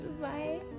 Bye